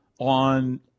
on